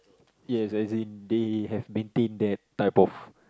yes as in they have maintained their type off